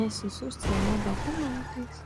nes jis užsiima dokumentais